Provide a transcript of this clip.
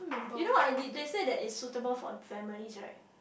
you know what I did they say that it's suitable for families right